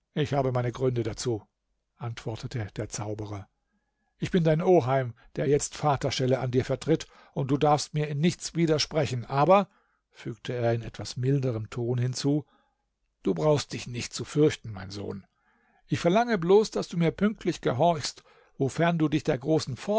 ich habe meine gründe dazu antwortete der zauberer ich bin dein oheim der jetzt vaterstelle an dir vertritt und du darfst mir in nichts widersprechen aber fügte er in etwas milderem ton hinzu du brauchst dich nicht zu fürchten mein sohn ich verlange bloß daß du mir pünktlich gehorchst wofern du dich der großen